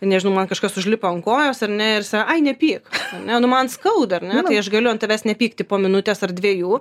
nežinau man kažkas užlipo ant kojos ar ne ir sako ai nepyk ne nu man skauda ar ne tai aš galiu ant tavęs nepykti po minutės ar dviejų